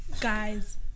Guys